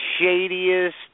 shadiest